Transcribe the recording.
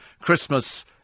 Christmas